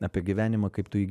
apie gyvenimą kaip tu jį